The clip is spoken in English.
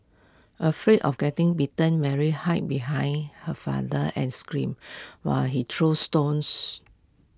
afraid of getting bitten Mary hide behind her father and screamed while he threw stones